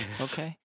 Okay